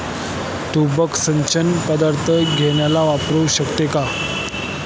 ठिबक सिंचन पद्धत कांद्याला वापरू शकते का?